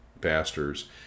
pastors